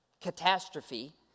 catastrophe